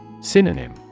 Synonym